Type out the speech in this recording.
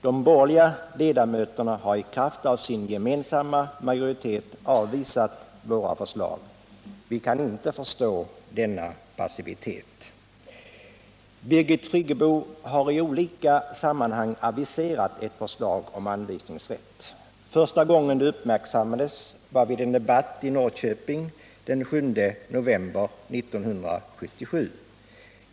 De borgerliga ledamöterna har i kraft av sin gemensamma majoritet avvisat våra förslag. Vi kan inte förstå denna passivitet. Birgit Friggebo har i olika sammanhang aviserat ett förslag om anvisningsrätt. Första gången det uppmärksammades var vid en debatt i Norrköping den 7 november 1977.